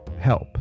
help